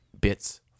bits